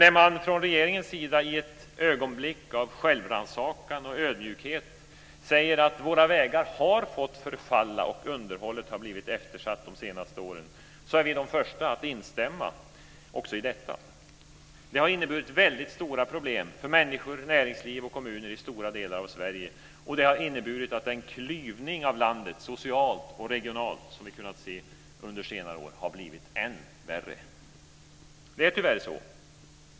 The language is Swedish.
När man från regeringens sida, i ett ögonblick av självrannsakan och ödmjukhet, säger att våra vägar har fått förfalla och att underhållet har blivit eftersatt de senaste åren, är vi de första att instämma också i detta. Det har inneburit stora problem för människor, näringsliv och kommuner i stora delar av Sverige, och det har inneburit att den klyvning av landet socialt och regionalt som vi har sett under senare år har blivit än värre. Det är tyvärr så.